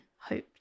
hoped